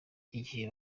igihe